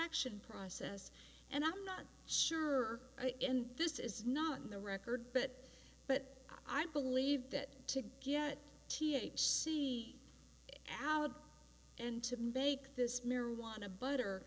ction process and i'm not sure i in this is not in the record but but i believe that to get t h c out of and to make this marijuana butter